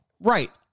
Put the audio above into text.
Right